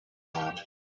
now